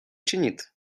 činit